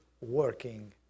working